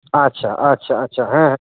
ᱟᱪ ᱪᱷᱟ ᱟᱪ ᱪᱷᱟ ᱟᱪᱪᱷᱟ ᱦᱮᱸ